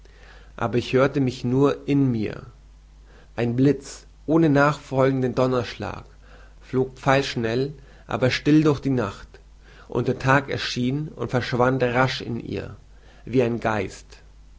aber ich hörte mich nur in mir ein bliz ohne nachfolgenden donnerschlag flog pfeilschnell aber still durch die nacht und der tag erschien und verschwand rasch in ihr wie ein geist